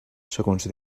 segons